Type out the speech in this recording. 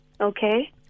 Okay